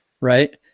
Right